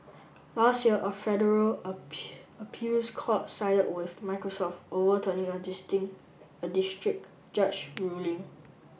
last year a federal appeals court sided with Microsoft overturning a a district judge ruling